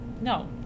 No